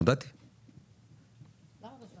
פניות מספר